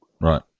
Right